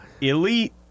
Elite